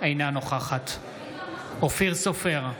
אינה נוכחת אופיר סופר,